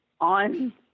on